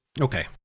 Okay